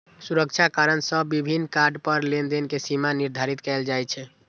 सुरक्षा कारण सं विभिन्न कार्ड पर लेनदेन के सीमा निर्धारित कैल जाइ छै